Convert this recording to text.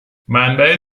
منبع